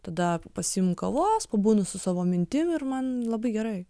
tada pasiimu kavos pabūnu su savo mintim ir man labai gerai